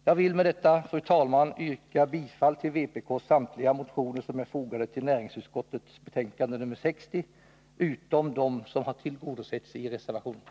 Jag vill med detta, fru talman, yrka bifall till samtliga vpk-motioner som är behandlade i näringsutskottets betänkande, utom till de motioner som tillgodosetts i reservationerna.